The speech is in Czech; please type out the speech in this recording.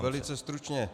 Velice stručně.